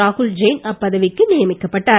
ராகுல் ஜெயின் அப்பதவிக்கு நியமிக்கப்பட்டார்